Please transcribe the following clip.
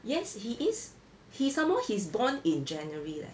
yes he is he some more he's born in january leh